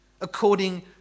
according